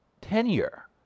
tenure